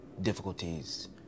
difficulties